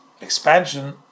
expansion